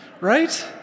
right